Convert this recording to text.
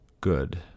good